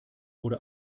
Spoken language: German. wurde